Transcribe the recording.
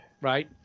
right